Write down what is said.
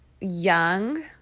young